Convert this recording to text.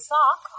Sock